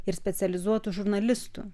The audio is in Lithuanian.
ir specializuotų žurnalistų